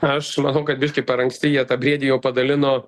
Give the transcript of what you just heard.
aš manau kad biškį per anksti jie tą briedį jau padalino